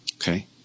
Okay